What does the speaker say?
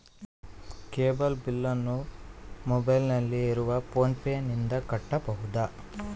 Cable ಬಿಲ್ಲನ್ನು ಮೊಬೈಲಿನಲ್ಲಿ ಇರುವ ಫೋನ್ ಪೇನಿಂದ ಕಟ್ಟಬಹುದಾ?